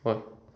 हय